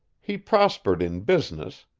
he prospered in business,